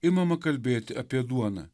imama kalbėti apie duoną